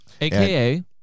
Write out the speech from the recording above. aka